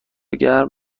گرم